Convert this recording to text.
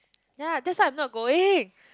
yea that's why I'm not going